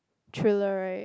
thriller right